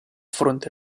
fronte